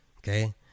Okay